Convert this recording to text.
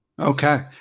Okay